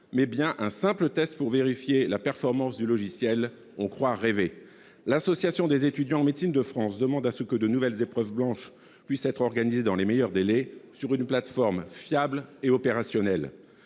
mais bien un simple test pour vérifier la performance du logiciel. On croit rêver ! L'Association nationale des étudiants en médecine de France demande que de nouvelles épreuves blanches soient organisées dans les meilleurs délais, sur une plateforme fiable et opérationnelle.